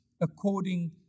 according